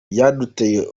byaduteye